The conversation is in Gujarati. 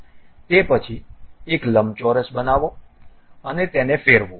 તે પછી એક લંબચોરસ બનાવો અને તેને ફેરવો